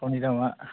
थावनि दामआ